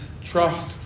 trust